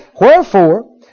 Wherefore